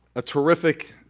a terrific,